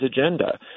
agenda